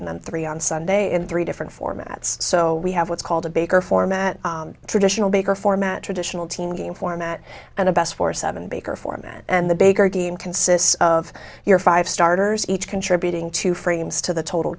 and then three on sunday in three different formats so we have what's called a baker format traditional baker format traditional teen game format and the best four seven baker format and the bigger game consists of your five starters each contributing two frames to the total